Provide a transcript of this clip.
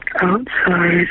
outside